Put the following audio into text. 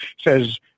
says